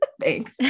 Thanks